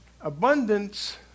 abundance